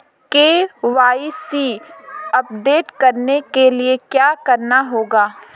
KYC update करने के लिए क्या करना होगा?